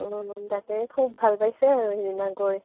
ওম তাকে খুব ভাল পাইছে আৰু সিদিনা গৈ